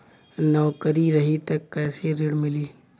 नौकरी रही त कैसे ऋण मिली?